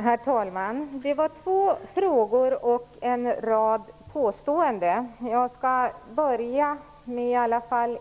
Herr talman! Det var två frågor och en rad påståenden. Jag skall börja med